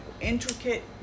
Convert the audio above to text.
intricate